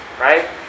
right